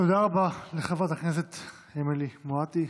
תודה רבה לחברת הכנסת אמילי מואטי.